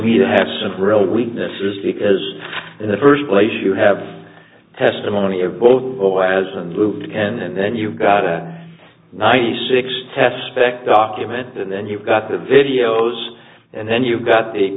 me to have some real weaknesses because in the first place you have testimony of both boys and luke and then you've got a ninety six test spec document and then you've got the videos and then you've got the